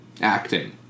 acting